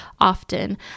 often